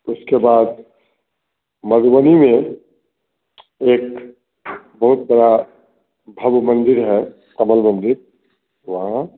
उसके बाद मधुबनी में एक बहुत बड़ा भव्य मंदिर है कमल मंदिर वहाँ